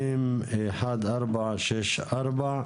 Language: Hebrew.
מ/1464.